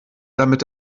damit